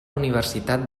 universitat